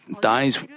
dies